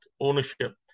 ownership